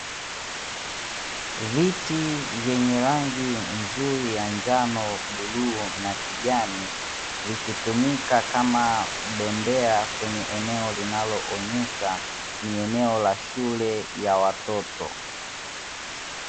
Viti vyenye rangi nzuri ya njano, bluu na kijani vikitumika kama bembea kwenye eneo linaloonesha ni eneo la shule ya watoto.